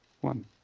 one